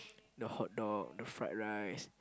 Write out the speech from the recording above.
the hot dog the fried rice